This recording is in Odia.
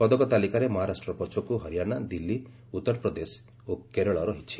ପଦକ ତାଲିକାରେ ମହାରାଷ୍ଟ୍ର ପଛକୁ ହରିୟାଣା ଦିଲ୍ଲୀ ଉତ୍ତର ପ୍ରଦେଶ ଓ କେରଳ ରହିଛି